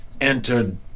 entered